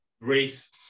race